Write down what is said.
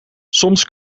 soms